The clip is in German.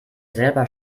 selber